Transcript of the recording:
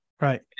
Right